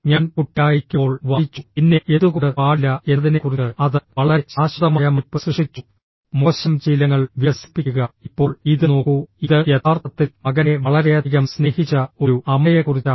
ഞാൻ കുട്ടിയായിരിക്കുമ്പോൾ വായിച്ചു പിന്നെ എന്തുകൊണ്ട് പാടില്ല എന്നതിനെക്കുറിച്ച് അത് വളരെ ശാശ്വതമായ മതിപ്പ് സൃഷ്ടിച്ചു മോശം ശീലങ്ങൾ വികസിപ്പിക്കുക ഇപ്പോൾ ഇത് നോക്കൂ ഇത് യഥാർത്ഥത്തിൽ മകനെ വളരെയധികം സ്നേഹിച്ച ഒരു അമ്മയെക്കുറിച്ചാണ്